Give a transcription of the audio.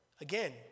Again